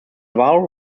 vowel